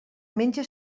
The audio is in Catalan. menja